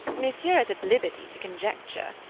monsieur is at liberty to conjecture.